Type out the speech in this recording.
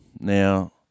Now